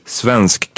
svensk